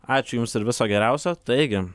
ačiū jums ir viso geriausio taigi